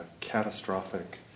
catastrophic